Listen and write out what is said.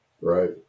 right